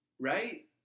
Right